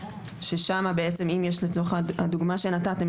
ששם בעצם אם יש לצורך הדוגמה שנתתם